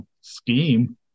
scheme